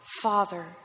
Father